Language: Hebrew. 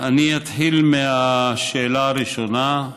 אני אתחיל מהשאלה הראשונה,